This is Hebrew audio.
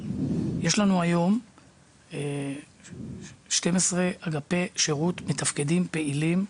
יש לנו היום 12 אגפי שירות מתפקדים, פעילים,